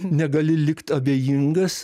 negali likt abejingas